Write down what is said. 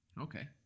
Okay